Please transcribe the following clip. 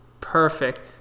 Perfect